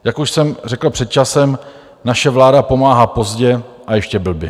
Jak už jsem řekl před časem, naše vláda pomáhá pozdě a ještě blbě.